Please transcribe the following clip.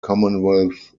commonwealth